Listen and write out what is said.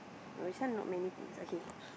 oh this one not many things okay